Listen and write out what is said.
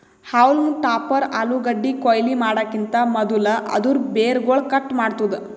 haulm topper ಆಲೂಗಡ್ಡಿ ಕೊಯ್ಲಿ ಮಾಡಕಿಂತ್ ಮದುಲ್ ಅದೂರ್ ಬೇರುಗೊಳ್ ಕಟ್ ಮಾಡ್ತುದ್